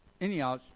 anyhow